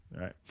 right